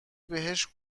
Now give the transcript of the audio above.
بهش